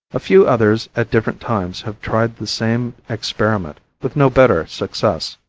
a few others at different times have tried the same experiment with no better success.